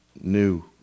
new